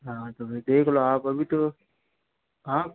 हाँ तो फिर देख लो आप अभी तो हाँ